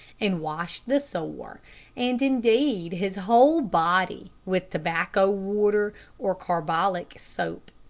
and washed the sore, and, indeed his whole body, with tobacco water or carbolic soap.